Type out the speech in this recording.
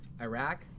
Iraq